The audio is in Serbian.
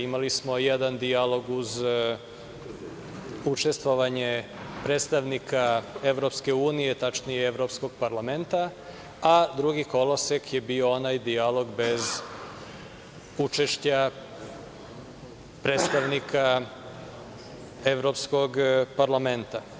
Imali smo jedan dijalog uz učestvovanje predstavnika Evropske unije, tačnije Evropskog parlamenta, a drugi kolosek je bio onaj dijalog bez učešća predstavnika Evropskog parlamenta.